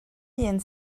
hun